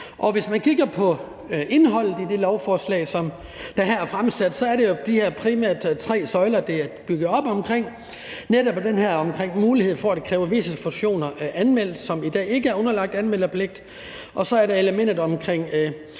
Hvis man kigger på indholdet i det lovforslag, som her er fremsat, så er der jo de her tre søjler, som det er bygget op omkring, nemlig den her mulighed for at kræve visse fusioner anmeldt, som i dag ikke er underlagt anmeldepligt. Og så er det elementet omkring